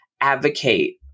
advocate